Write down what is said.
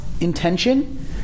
intention